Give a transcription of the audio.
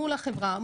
מול החברה,